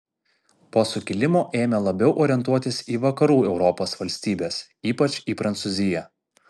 po sukilimo ėmė labiau orientuotis į vakarų europos valstybes ypač į prancūziją